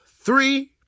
three